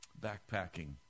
backpacking